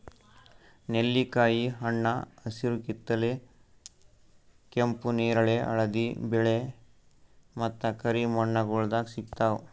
ನೆಲ್ಲಿಕಾಯಿ ಹಣ್ಣ ಹಸಿರು, ಕಿತ್ತಳೆ, ಕೆಂಪು, ನೇರಳೆ, ಹಳದಿ, ಬಿಳೆ ಮತ್ತ ಕರಿ ಬಣ್ಣಗೊಳ್ದಾಗ್ ಸಿಗ್ತಾವ್